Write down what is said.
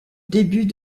début